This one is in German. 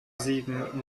sieben